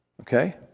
Okay